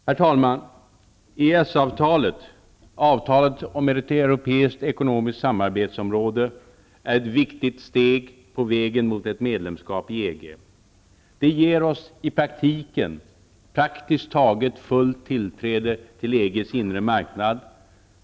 Herr talman! EES-avtalet, avtalet om ett europeiskt ekonomiskt samarbetsområde, är ett viktigt steg på vägen mot ett medlemskap i EG. Det ger oss i praktiken praktiskt taget fullt tillträde till EG:s inre marknad.